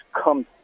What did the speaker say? come